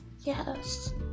Yes